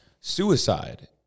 Suicide